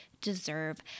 deserve